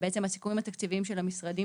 ובעצם הסיכום עם התקציבים של המשרדים